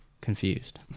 confused